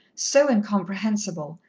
so incomprehensible,